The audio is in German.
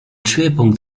schwerpunkt